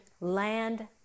land